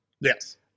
Yes